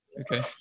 Okay